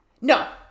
no